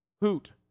hoot